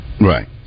Right